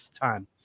time